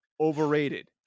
overrated